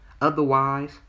Otherwise